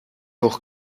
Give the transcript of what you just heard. hoch